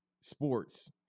sports